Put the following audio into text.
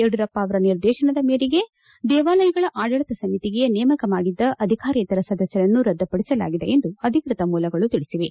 ಯಡಿಯೂರಪ್ಪ ಅವರ ನಿರ್ದೇತನ ಮೇರೆಗೆ ದೇವಾಲಯಗಳ ಆಡಳಿತ ಸಮಿತಿಗೆ ನೇಮಕ ಮಾಡಿದ್ದ ಅಧಿಕಾರೇತರ ಸದಸ್ದರನ್ನು ರದ್ದುಪಡಿಸಲಾಗಿದೆ ಎಂದು ಅಧಿಕೃತ ಮೂಲಗಳು ತಿಳಿಸಿವೆ